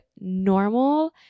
normal